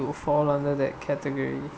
fall under that category